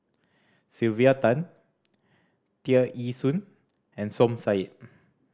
Sylvia Tan Tear Ee Soon and Som Said